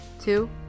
two